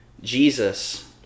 Jesus